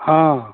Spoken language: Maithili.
हँ